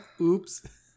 Oops